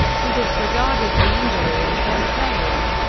he disregarded the injury and kept playing.